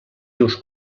rius